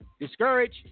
discourage